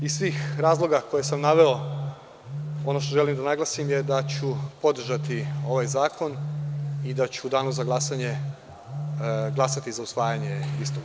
Iz svih razloga koje sam naveo, ono što želim da naglasim je da ću podržati ovaj zakon i da ću u Danu za glasanje glasati za usvajanje istog.